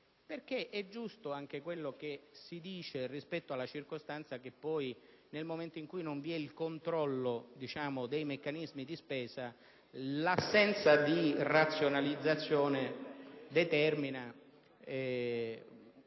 perché è giusto anche quello che si dice rispetto alla circostanza che nel momento in cui non vi è il controllo dei meccanismi di spesa, l'assenza di razionalizzazione determina